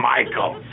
Michael